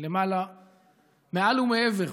מעל ומעבר.